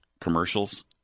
commercials